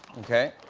okay.